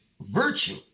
virtue